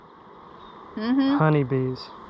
honeybees